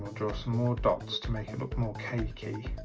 draw some more dots to make it look more cakey